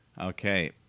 Okay